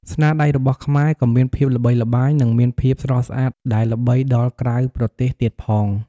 ស្នាដៃរបស់ខ្មែរក៏មានភាពល្បីល្បាញ និងមានភាពស្រស់ស្អាតដែលល្បីដល់ក្រៅប្រទេសទៀតផង។